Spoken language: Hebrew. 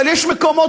אבל יש מקומות,